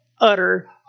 utter